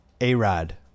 A-Rod